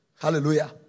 Hallelujah